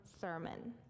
sermon